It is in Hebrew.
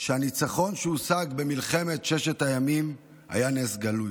שהניצחון שהושג במלחמת ששת הימים היה נס גלוי.